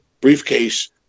briefcase